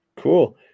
Cool